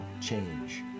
change